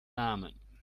namen